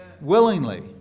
Willingly